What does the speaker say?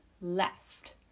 left